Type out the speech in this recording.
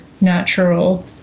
natural